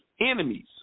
enemies